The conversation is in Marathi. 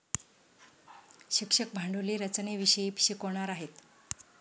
शिक्षक भांडवली रचनेविषयी शिकवणार आहेत